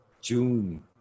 june